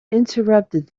interrupted